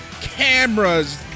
cameras